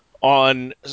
on